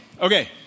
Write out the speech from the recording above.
okay